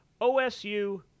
OSU